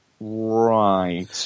Right